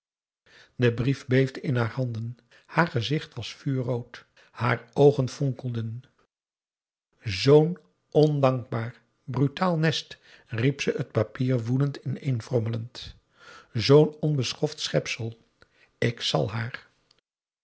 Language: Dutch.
de brief beefde in haar handen haar gezicht was vuurrood haar oogen fonkelden zoo'n ondankbaar brutaal nest riep ze het papier woedend ineenfrommelend zoo'n onbeschoft schepsel ik zal haar